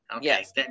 yes